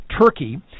Turkey